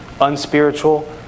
unspiritual